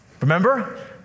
Remember